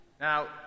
Now